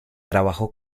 trabajó